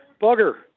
bugger